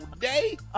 day